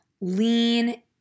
Lean